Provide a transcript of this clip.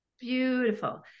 Beautiful